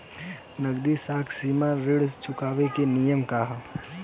नगदी साख सीमा ऋण चुकावे के नियम का ह?